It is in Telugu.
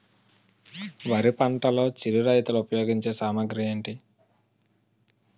వరి పంటలో చిరు రైతులు ఉపయోగించే సామాగ్రి ఏంటి?